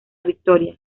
victoria